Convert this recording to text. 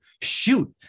shoot